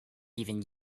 even